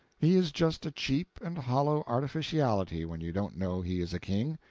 he is just a cheap and hollow artificiality when you don't know he is a king.